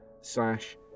slash